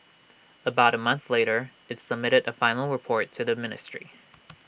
about A month later IT submitted A final report to the ministry